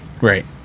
right